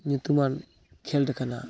ᱧᱩᱛᱩᱢᱟ ᱠᱷᱮᱞᱚᱰ ᱠᱟᱱᱟ